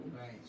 right